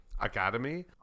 Academy